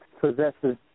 possesses